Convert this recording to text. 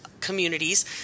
communities